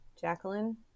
Jacqueline